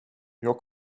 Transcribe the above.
jag